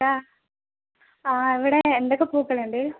ആ ആ ഇവിടെ എന്തൊക്കെ പൂക്കളുണ്ട്